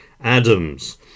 Adams